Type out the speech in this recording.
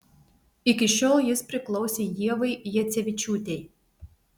iki šiol jis priklausė ievai jacevičiūtei